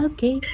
Okay